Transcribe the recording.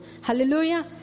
Hallelujah